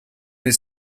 his